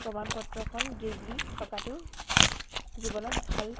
প্ৰমাণপত্ৰখন ডিগ্ৰী থকাটো জীৱনত ভাল